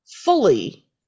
fully